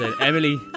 Emily